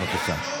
בבקשה.